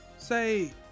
Say